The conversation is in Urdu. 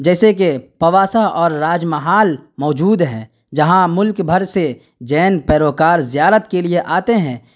جیسے کہ پواسہ اور راج محل موجود ہیں جہاں ملک بھر سے جین پیروکار زیارت کے لیے آتے ہیں